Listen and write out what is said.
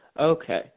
Okay